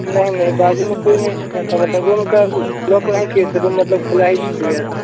नहीं नहीं बाज़ू में कोई नहीं सोया था मतलब रूम को लॉक नहीं किए थे रूम मतलब खुला ही छूट गया था